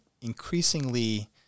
increasingly